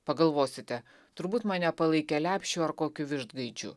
pagalvosite turbūt mane palaikė lepšiu ar kokiu vištgaidžiu